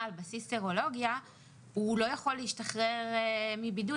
על בסיס סרולוגיה לא יכול להשתחרר מבידוד,